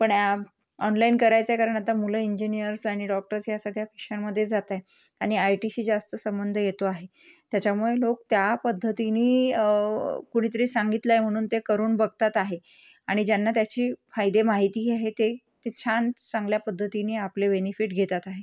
पण ऑनलाइन करायचं आहे कारण आता मुलं इंजिनीयर्स आणि डॉक्टर्स ह्या सगळ्या शिक्षणामध्ये जात आहे आणि आय टीशी जास्त संबंध येतो आहे त्याच्यामुळं लोक त्या पद्धतीने कुणीतरी सांगितलं आहे म्हणून ते करून बघतात आहे आणि ज्यांना त्याचे फायदे माहिती आहे ते ते छान चांगल्या पद्धतीने आपले बेनिफिट घेतात आहे